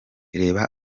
reba